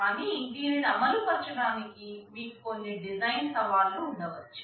కానీ దీనిని అమలు పరచటానికి మీకు కొన్ని డిజైన్ సవాళ్లు ఉండవచ్చు